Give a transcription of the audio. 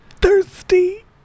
Thirsty